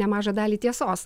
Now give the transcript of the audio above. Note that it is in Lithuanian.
nemažą dalį tiesos